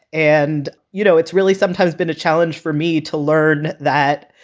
and, you know, it's really sometimes been a challenge for me to learn that,